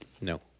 no